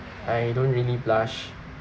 I don't really blush